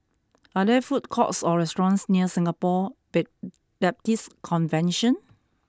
are there food courts or restaurants near Singapore bay Baptist Convention